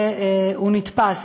והוא נתפס.